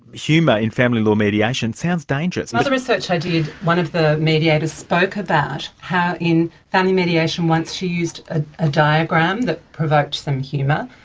humour in family law mediation sounds dangerous. and other research i did, one of the mediators spoke about how in family mediation once she used a ah diagram that provoked some humour